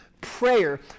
prayer